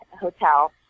Hotel